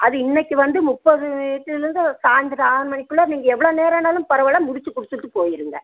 அது இன்னைக்கு வந்து முப்பது மீட்ரு சாய்ந்திரம் ஆறு மணிக்குள்ளே நீங்கள் எவ்வளோ நேரம் ஆனாலும் பரவாயில்லை முடித்து கொடுத்துட்டு போயிடுங்க